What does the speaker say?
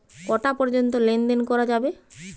কটা পর্যন্ত লেন দেন করা যাবে?